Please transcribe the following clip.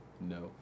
no